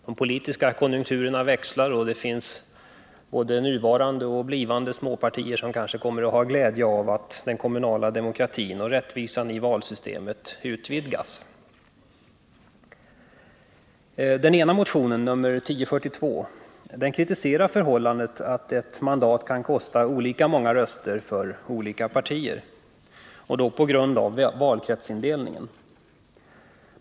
De politiska konjunkturerna växlar, och det finns småpartier — både nuvarande och blivande — som kanske kommer att ha glädje av att den kommunala demokratin och rättvisan i valsystemet utvidgas. I den ena motionen, nr 1042, kritiseras förhållandet att ett mandat kan kosta olika många röster för olika partier på grund av valkretsindelningen.